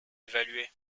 évaluer